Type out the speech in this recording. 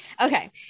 okay